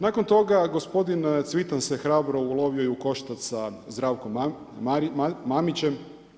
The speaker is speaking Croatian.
Nakon toga je gospodin Cvitan se hrabro ulovio i u koštac sa Zdravkom Mamićem.